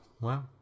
wow